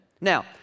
Now